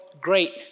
great